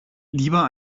lieber